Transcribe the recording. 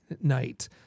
night